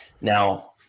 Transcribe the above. Now